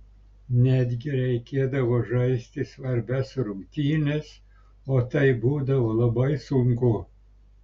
netgi reikėdavo žaisti svarbias rungtynes o tai būdavo labai sunku